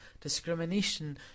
discrimination